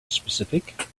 specific